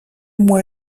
mois